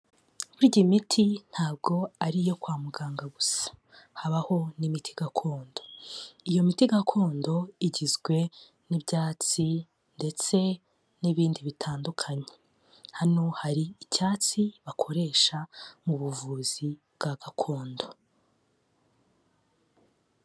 Birya imiti ntabwo ari iyo kwa muganga gusa habaho n'imiti gakondo, iyo miti gakondo igizwe n'ibyatsi ndetse n'ibindi bitandukanye, hano hari icyatsi bakoresha mu buvuzi bwa gakondo.